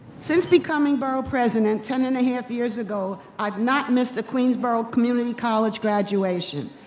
since becoming borough president ten and a half years ago, i've not missed a queensborough community college graduation.